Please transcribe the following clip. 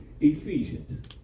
Ephesians